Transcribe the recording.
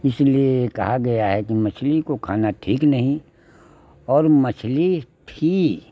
इसलिए कहा गया है कि मछली को खाना ठीक नहीं और मछली ठी